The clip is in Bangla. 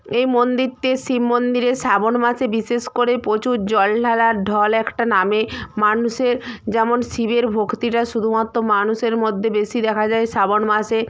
এই মন্দিরতে শিব মন্দিরে শ্রাবণ মাসে বিশেষ করে প্রচুর জল ঢালার ঢল একটা নামে মানুষের যেমন শিবের ভক্তিটা শুধুমাত্র মানুষের মদ্যে বেশি দেখা যায় শ্রাবণ মাসে